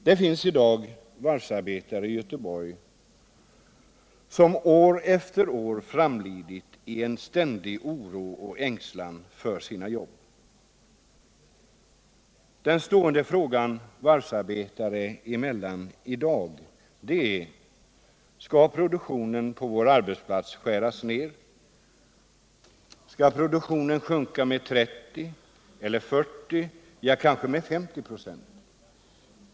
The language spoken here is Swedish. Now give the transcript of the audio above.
Det finns i dag varvsarbetare i Göteborg som år efter år lidit av en ständig oro och ängslan för sina jobb. Den stående frågan varvsarbetare emellan i dag är: Skall produktionen på vår arbetsplats skäras ner? Skall produktionen sjunka med 30 eller 40, ja kanske med 50 24?